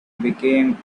became